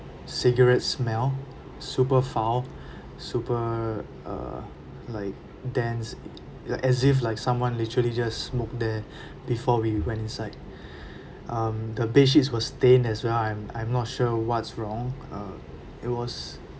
cigarette smell super foul super uh like dense like as if like someone literally just smoke there before we went inside um the bedsheet were stained as well I'm I'm not sure what's wrong uh it was